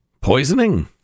poisoning